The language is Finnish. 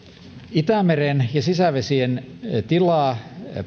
itämeren ja sisävesien tilaa